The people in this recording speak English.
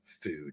food